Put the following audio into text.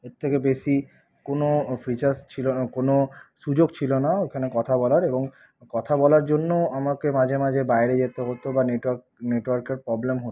এর থেকে বেশি কোনো ফিচার্স ছিল না কোনো সুযোগ ছিল না ওখানে কথা বলার এবং কথা বলার জন্য আমাকে মাঝে মাঝে বাইরে যেতে হতো বা নেটওয়ার্ক নেটওয়ার্কের প্রবলেম হতো